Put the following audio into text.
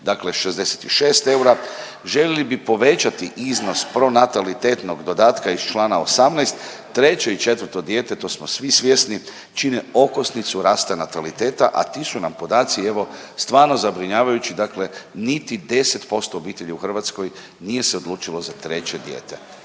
dakle 66 eura. Želili bi povećati iznos pronatalitetnog dodatka iz člana 18., treće i četvrto dijete to smo svi svjesni čine okosnicu rasta nataliteta, a ti su nam podaci evo stvarno zabrinjavajući, dakle niti 10% obitelji u Hrvatskoj nije se odlučilo za treće dijete.